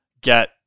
get